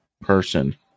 person